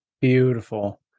Beautiful